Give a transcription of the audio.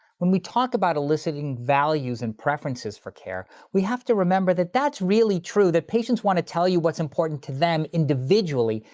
when we talk about eliciting values and preferences for care, we have to remember that that's really true. that patients want to tell you what's important to them, individually,